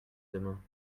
demain